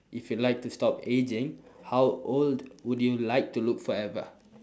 if you like to stop aging how old would you like to look forever